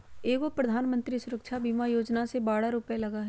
एगो प्रधानमंत्री सुरक्षा बीमा योजना है बारह रु लगहई?